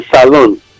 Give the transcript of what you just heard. salon